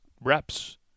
reps